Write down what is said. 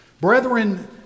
Brethren